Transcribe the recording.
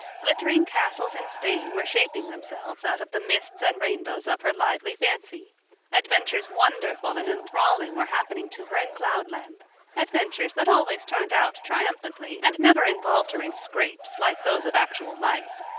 glittering castles in spain were shaping themselves out of the mists and rainbows of her lively fancy adventures wonderful and enthralling were happening to her in cloudland adventures that always turned out triumphantly and never involved her in scrapes like those of actual life.